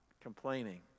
complaining